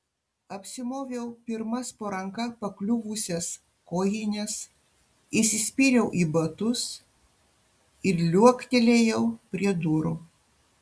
apsimoviau pirmas po ranka pakliuvusias kojines įsispyriau į batus ir liuoktelėjau prie durų